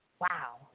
Wow